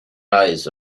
eyes